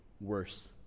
worse